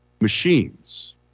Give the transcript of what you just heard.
machines